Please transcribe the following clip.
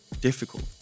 difficult